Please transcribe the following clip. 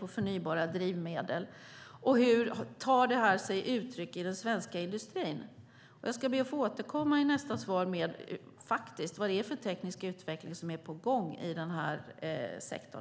och förnybara drivmedel. Och hur tar sig detta uttryck i den svenska industrin? Jag ska be att få återkomma i nästa svar med vad det är för teknisk utveckling som är på gång i sektorn.